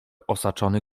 osaczony